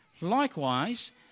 likewise